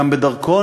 גם בדרכון,